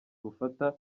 bufata